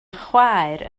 chwaer